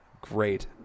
great